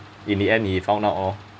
in the end he found out lor